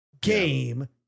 game